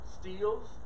steals